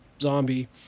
zombie